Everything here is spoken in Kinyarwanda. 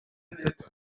atatu